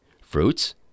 fruits